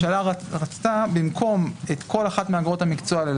הממשלה רצתה במקום את כל אחת מאגרות המקצוע האלה,